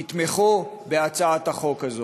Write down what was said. תתמכו בהצעת החוק הזאת.